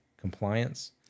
compliance